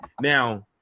Now